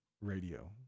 Radio